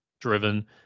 driven